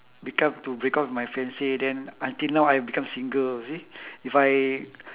become to break up with my fiance then until now I become single you see if I